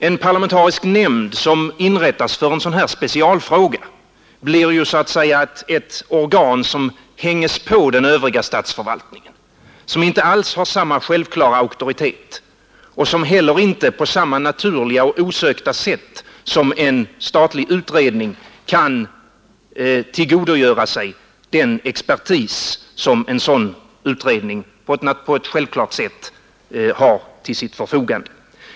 En parlamentarisk nämnd som inrättas för en sådan här specialfråga blir så att säga ett organ som hängs på den övriga statsförvaltningen, som inte alls har samma självklara auktoritet och inte heller på samma naturliga och osökta sätt som en statlig utredning kan tillgodogöra sig den expertis som en sådan utredning på ett självklart sätt har till sitt förfogande.